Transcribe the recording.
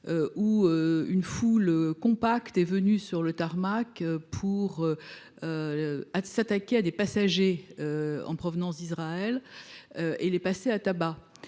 où une foule compacte a pénétré sur le tarmac pour s’attaquer à des passagers en provenance d’Israël et les passer à tabac.